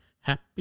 happy